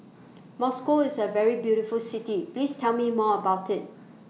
Moscow IS A very beautiful City Please Tell Me More about IT